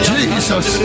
Jesus